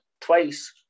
twice